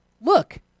look